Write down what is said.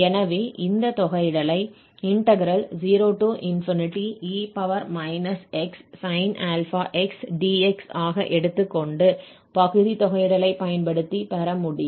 எனவே இந்த தொகையிடலை 0e x sin∝x dx ஆக எடுத்துக்கொண்டு பகுதி தொகையிடலை பயன்படுத்தி பெற முடியும்